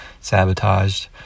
sabotaged